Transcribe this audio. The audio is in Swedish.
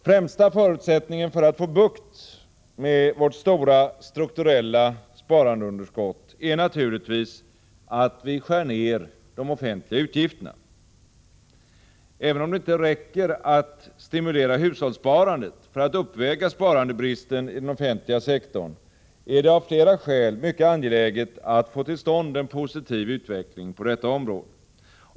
Främsta förutsättningen för att få bukt med vårt stora strukturella sparandeunderskott är naturligtvis att vi skär ner de offentliga utgifterna. Även om det inte räcker att stimulera hushållssparandet för att uppväga sparandebristen i den offentliga sektorn, är det av flera skäl mycket angeläget att få till stånd en positiv utveckling på detta område.